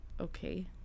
okay